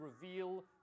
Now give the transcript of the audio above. reveal